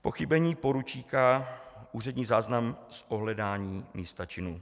Pochybení poručíka úřední záznam z ohledání místa činu.